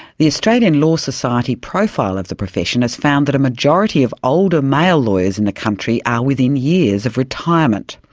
the australian law society profile of the profession has found that a majority of older male lawyers in the country are within years of retirement.